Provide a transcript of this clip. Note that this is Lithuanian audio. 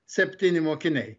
septyni mokiniai